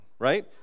Right